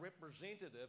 representative